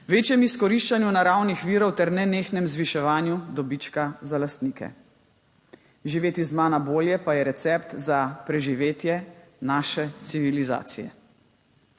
večjem izkoriščanju naravnih virov ter nenehnem zviševanju dobička za lastnike. Živeti z manj, a bolje, pa je recept za preživetje naše civilizacije.